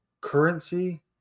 currency